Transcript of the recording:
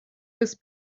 was